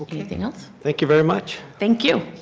anything else? thank you very much. thank you.